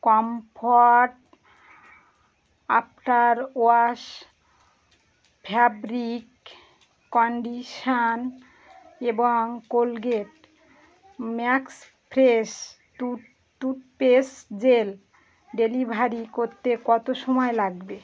comfort after wash fabric condition এবং Colgate max fresh tooth toothpaste gel delivery করতে কত সময় লাগবে